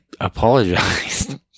apologized